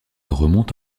remonte